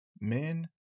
men